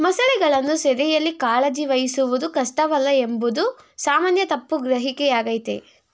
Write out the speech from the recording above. ಮೊಸಳೆಗಳನ್ನು ಸೆರೆಯಲ್ಲಿ ಕಾಳಜಿ ವಹಿಸುವುದು ಕಷ್ಟವಲ್ಲ ಎಂಬುದು ಸಾಮಾನ್ಯ ತಪ್ಪು ಗ್ರಹಿಕೆಯಾಗಯ್ತೆ